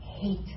hate